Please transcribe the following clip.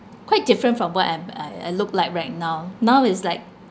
quite different from what am I I look like right now now is like